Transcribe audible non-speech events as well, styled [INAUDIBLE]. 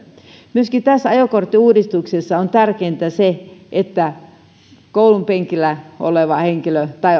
myöskin tässä ajokorttiuudistuksessa on tärkeintä se että koulunpenkillä oleva henkilö tai [UNINTELLIGIBLE]